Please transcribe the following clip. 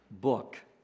book